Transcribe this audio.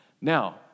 Now